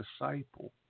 disciple